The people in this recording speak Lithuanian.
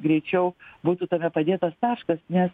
greičiau būtų tame padėtas taškas nes